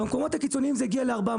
במקומות הקיצוניים זה הגיע ל-400,